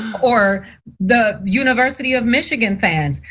or the university of michigan fans.